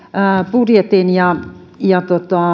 budjetin ja ja